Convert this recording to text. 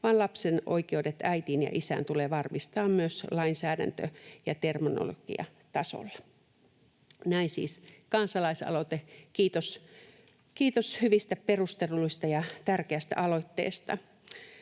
vaan lapsen oikeudet äitiin ja isään tulee varmistaa myös lainsäädäntö- ja terminologiatasolla.” — Näin siis kansalaisaloite. Kiitos hyvistä perusteluista ja tärkeästä aloitteesta.